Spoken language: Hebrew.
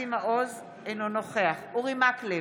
אינו נוכח אורי מקלב,